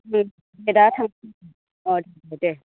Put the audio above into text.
room मेटआ थांबाय अ थांबाय दे